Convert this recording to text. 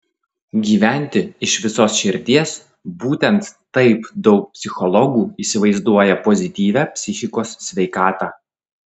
gyventi iš visos širdies būtent taip daug psichologų įsivaizduoja pozityvią psichikos sveikatą